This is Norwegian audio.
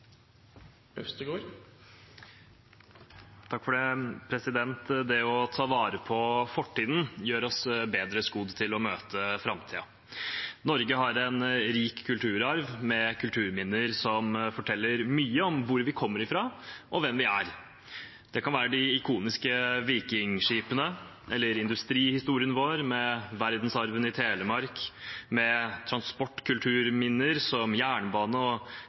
Det å ta vare på fortiden gjør oss bedre skodd til å møte framtiden. Norge har en rik kulturarv med kulturminner som forteller mye om hvor vi kommer fra, og hvem vi er. Det kan være de ikoniske vikingskipene, industrihistorien vår, med verdensarven i Telemark, transportkulturminner, som jernbane og